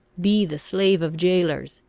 be the slave of jailers,